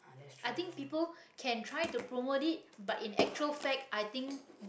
i think people can try to promote it but in actual fact i think